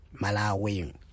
Malawi